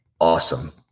awesome